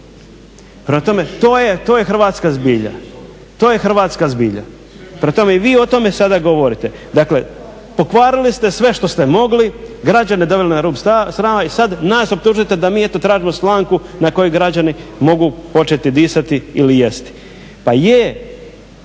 tome, to je hrvatska zbilja. To je hrvatska zbilja. Prema tome i vi o tome sada govorite, dakle pokvarili ste sve što ste mogli, građane doveli na rub srama i sad nas optužujete da mi eto tražimo slamku na kojoj građani ne mogu početi disati ili jesti. Pa je,